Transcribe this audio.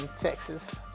Texas